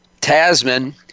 Tasman